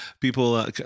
people